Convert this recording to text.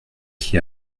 qui